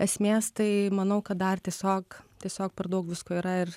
esmės tai manau kad dar tiesiog tiesiog per daug visko yra ir